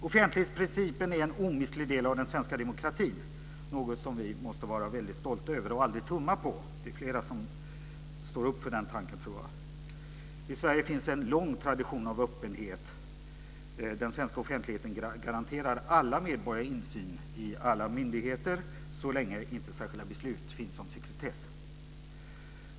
Offentlighetsprincipen är en omistlig del av den svenska demokratin - något som vi måste vara väldigt stolta över och aldrig tumma på. Det är fler som står upp för den tanken, tror jag. I Sverige finns en lång tradition av öppenhet. Den svenska offentligheten garanterar alla medborgare insyn i alla myndigheter, så länge inte särskilda beslut finns om sekretess.